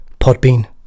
Podbean